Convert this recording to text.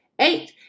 eight